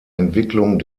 entwicklung